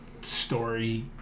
story